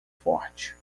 forte